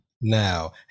Now